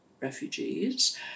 refugees